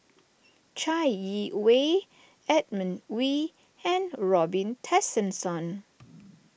Chai Yee Wei Edmund Wee and Robin Tessensohn